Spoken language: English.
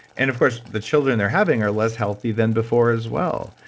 and of course, the children they're having are less healthy than before as well.